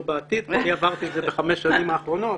בעתיד כי אני עברתי את זה בחמש השנים האחרונות.